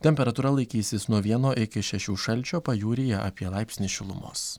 temperatūra laikysis nuo vieno iki šešių šalčio pajūryje apie laipsnį šilumos